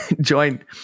join